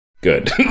good